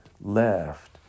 left